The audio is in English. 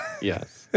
Yes